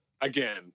again